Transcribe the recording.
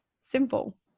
simple